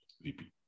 VP